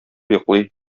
йоклый